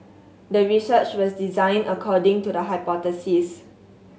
the research was designed according to the hypothesis